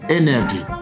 energy